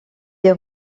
des